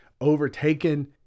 overtaken